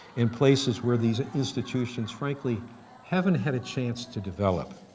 in places where these institutions frankly haven't had a chance to develop.